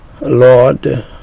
Lord